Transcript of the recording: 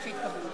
הוא ציין את זה.